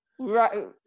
Right